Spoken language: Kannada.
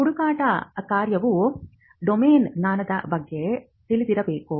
ಹುಡುಕಾಟ ಕಾರ್ಯವು ಡೊಮೇನ್ ಜ್ಞಾನದ ಬಗ್ಗೆ ತಿಳಿದಿರಬೇಕು